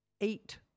eight